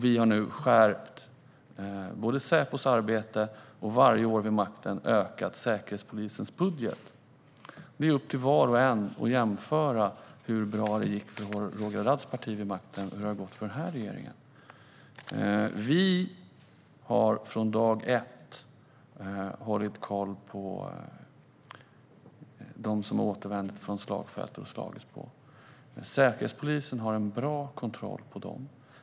Vi har nu skärpt Säpos arbete och varje år vid makten ökat Säkerhetspolisens budget. Det är upp till var och en att jämföra hur bra det gick för Roger Haddads parti vid makten med hur det har gått för den här regeringen. Vi har från dag ett hållit koll på dem som har återvänt från slagfält. Säkerhetspolisen har en bra kontroll på dem.